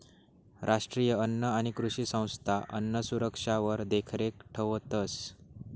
राष्ट्रीय अन्न आणि कृषी संस्था अन्नसुरक्षावर देखरेख ठेवतंस